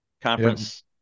conference